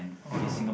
oh no